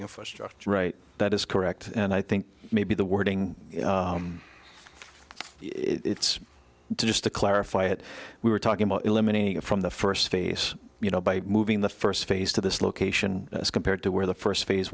infrastructure right that is correct and i think maybe the wording it's just to clarify it we were talking about eliminating it from the first face you know by moving the first phase to this location as compared to where the first phase